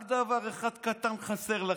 רק דבר אחד קטן חסר לכם,